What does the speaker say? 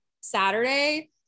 Saturday